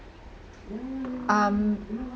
um